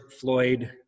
Floyd